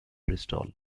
bristol